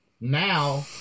now